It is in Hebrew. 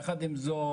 יחד עם זאת,